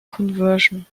conversion